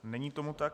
Není tomu tak.